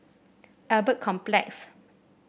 Albert Complex